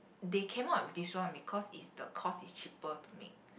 they came out with this one because it's the cost is cheaper to make